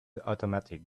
automatic